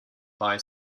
buy